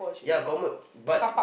ya common but